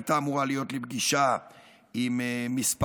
הייתה אמורה להיות לי פגישה עם כמה